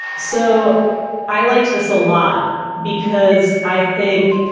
so i liked this a lot because i think,